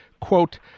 quote